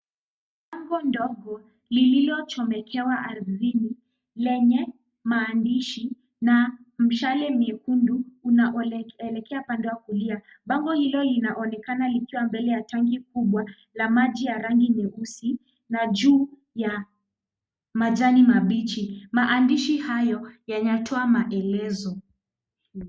Pango ndogo lililochomekewa ardhini, lenye maandishi na mishale miekundu unaoelekea upande wa kulia. Pango hilo linaonekana likiwa mbele ya tangi kubwa la maji ya rangi nyeusi na juu ya majani mabichi. Maandishi hayo yanatoa maelezo.